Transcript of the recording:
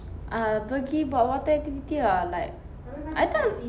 err pergi buat water activity lah like I tak